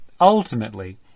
Ultimately